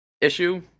issue